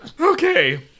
Okay